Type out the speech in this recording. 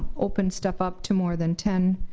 opened stuff up to more than ten,